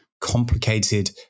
complicated